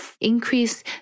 increase